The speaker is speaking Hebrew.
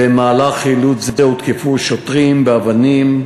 במהלך חילוץ זה הותקפו שוטרים באבנים,